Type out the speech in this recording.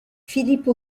philippe